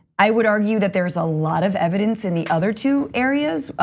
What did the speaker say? i would argue that there's a lot of evidence in the other two areas,